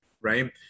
right